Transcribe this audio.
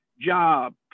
job